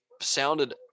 sounded